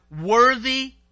worthy